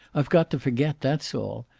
i've got to forget, that's all.